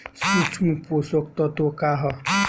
सूक्ष्म पोषक तत्व का ह?